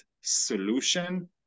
solution